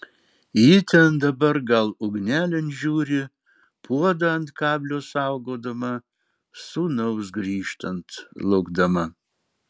ji ten dabar gal ugnelėn žiūri puodą ant kablio saugodama sūnaus grįžtant laukdama